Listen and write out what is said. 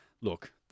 look